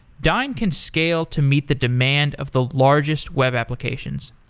dyn can scale to meet the demand of the largest web applications.